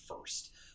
first